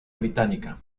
británica